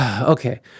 Okay